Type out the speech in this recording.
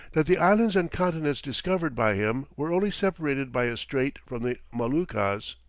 that the islands and continents discovered by him were only separated by a strait from the moluccas.